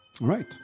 right